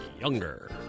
Younger